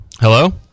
Hello